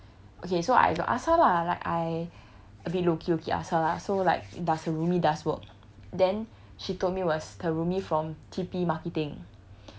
okay so I got ask her lah like I a bit low key low key ask her lah so like does her roomie does work then she told me was her roomie from T_P marketing